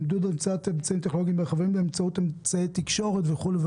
עידוד המצאת אמצעים טכנולוגיים ברכבים באמצעות אמצעי תקשורת וכולי.